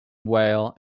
weyl